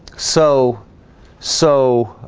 so so